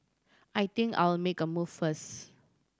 I think I'll make a move first